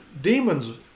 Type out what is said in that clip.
demons